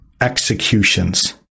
executions